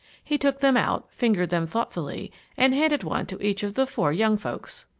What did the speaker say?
he took them out, fingered them thoughtfully and handed one to each of the four young folks.